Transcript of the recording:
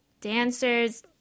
dancers